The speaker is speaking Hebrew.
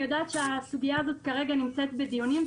אני יודעת שהסוגיה הזאת כרגע נמצאת בדיוני.